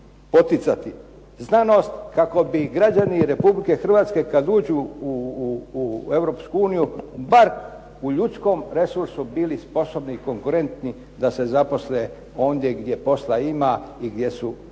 poticati znanost kako bi građani Republike Hrvatske kad uđu u Europsku uniju bar u ljudskom resursu bili sposobni i konkurentni da se zaposle ondje gdje posla ima i gdje su